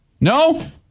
No